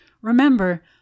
remember